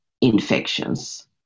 infections